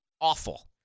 awful